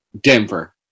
Denver